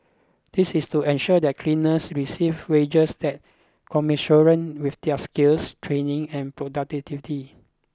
this is to ensure that cleaners receive wages that commensurate with their skills training and productivity